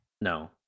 No